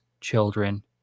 children